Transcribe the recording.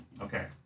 Okay